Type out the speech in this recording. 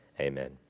Amen